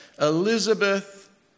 Elizabeth